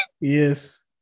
Yes